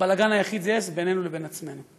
הבלגן היחיד שיש הוא בינינו לבין עצמנו,